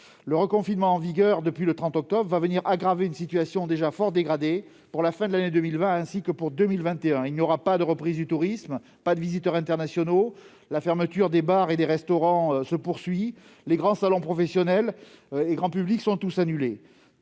Le reconfinement en vigueur depuis le 30 octobre dernier va venir aggraver une situation déjà fort dégradée pour la fin de l'année 2020 ainsi que pour 2021 : pas de reprise du tourisme, notamment des visiteurs internationaux ; fermeture des bars et des restaurants ; annulation des grands salons professionnels et grand public ; reprise